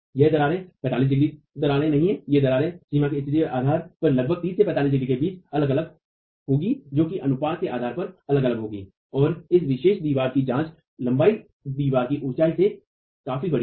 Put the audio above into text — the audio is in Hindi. ये दरारें 45 डिग्री दरारें नहीं हैं ये दरारें सीमा की स्थिति के आधार पर लगभग 30 और 45 डिग्री के बीच अलग अलग होंगी जो कि अनुपात के आधार पर अलग अलग होगी और इस विशेष दीवार में जहां लंबाई दीवार की ऊंचाई से काफी बड़ी है